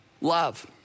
love